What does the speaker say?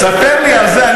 ספר לי על זה.